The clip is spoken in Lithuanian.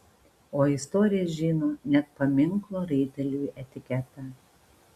o istorija žino net paminklo raiteliui etiketą